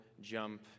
jump